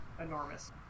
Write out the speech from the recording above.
Enormous